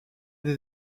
des